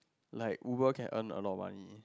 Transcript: like Uber can earn a lot of money